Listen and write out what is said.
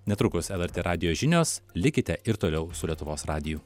netrukus lrt radijo žinios likite ir toliau su lietuvos radiju